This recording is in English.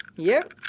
yep.